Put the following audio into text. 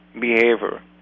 behavior